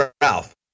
Ralph